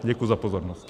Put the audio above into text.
Děkuji za pozornost.